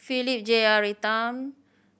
Philip Jeyaretnam